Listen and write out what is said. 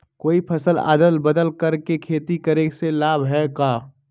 कोई फसल अदल बदल कर के खेती करे से लाभ है का?